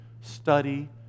study